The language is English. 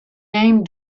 name